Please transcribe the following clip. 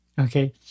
Okay